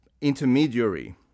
intermediary